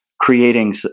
creating